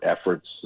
efforts